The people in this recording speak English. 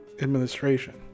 administration